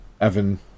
Evan